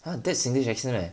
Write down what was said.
!huh! that's singlish accent eh